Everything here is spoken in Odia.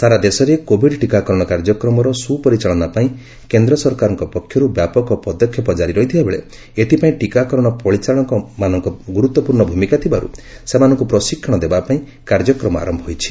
ସାରା ଦେଶରେ କୋଭିଡ୍ ଟିକାକରଣ କାର୍ଯ୍ୟକ୍ରମର ସୁପାରିଚାଳନା ପାଇଁ କେନ୍ଦ୍ର ସରକାରଙ୍କ ପକ୍ଷରୁ ବ୍ୟାପକ ପଦକ୍ଷେପ କାରି ରହିଥିବା ବେଳେ ଏଥିପାଇଁ ଟିକାକରଣ ପରିଚାଳକମାନଙ୍କ ଗୁରୁତ୍ୱପୂର୍ଣ୍ଣ ଭୂମିକା ଥିବାରୁ ସେମାନଙ୍କୁ ପ୍ରଶିକ୍ଷଣ ଦେବାପାଇଁ କାର୍ଯ୍ୟକ୍ରମ ଆରମ୍ଭ ହୋଇଛି